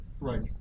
Right